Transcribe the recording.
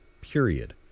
period